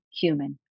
human